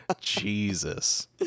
Jesus